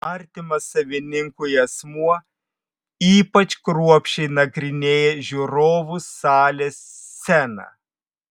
artimas savininkui asmuo ypač kruopščiai nagrinėja žiūrovų salės sceną